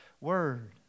Word